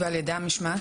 ועל ידי המשמעת?